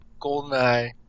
Goldeneye